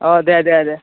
অ' দে দে দে